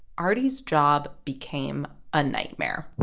arty's job became a nightmare